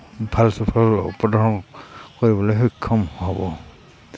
ভাল ফল প্ৰদান কৰিবলৈ সক্ষম হ'ব